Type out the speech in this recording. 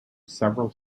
several